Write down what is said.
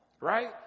right